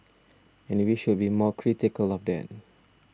and we should be more critical of that